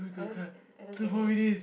I don't I don't get it